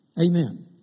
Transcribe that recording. Amen